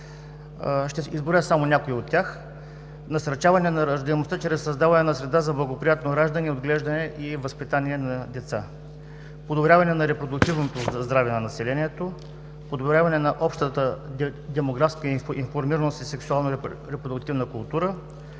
Ще изброя само някои от тях: насърчаване на раждаемостта чрез създаване на среда за благоприятно раждане, отглеждане и възпитание на деца; подобряване на репродуктивното здраве на населението; подобряване на общата демографска информираност и сексуална репродуктивна култура;